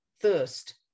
thirst